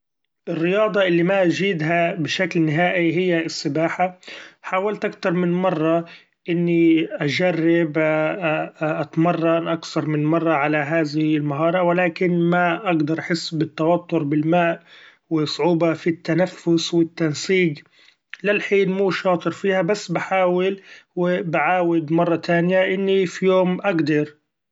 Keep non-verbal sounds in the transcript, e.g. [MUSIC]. الرياضة اللي ما جيدها بشكل نهائي هي السباحة ، حاولت أكتر من مرة إني أجرب [HESITATION] أتمرن أكثر من مرة علي هذه المهارة ، و لكن ما أقدر أحس بالتوتر بالماء و صعوبة ف التنفس و التنصيج ، للحين مو شاطر فيها بس بحاول و بعاود مره تانيه إني ف يوم أقدر.